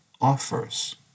offers